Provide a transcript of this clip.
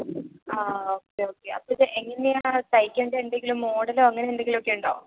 ആ okay okay അപ്പോൾ ഇതെങ്ങനെയാ തയ്ക്കേണ്ടത് എന്തെങ്കിലും മോഡലോ അങ്ങനെ എന്തെങ്കിലും ഒക്കെ ഉണ്ടോ